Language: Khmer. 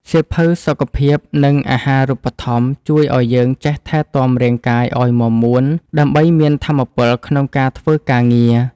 សៀវភៅសុខភាព និងអាហារូបត្ថម្ភ ជួយឱ្យយើងចេះថែទាំរាងកាយឱ្យមាំមួន ដើម្បីមានថាមពលក្នុងការធ្វើការងារ។